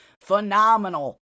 phenomenal